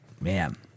Man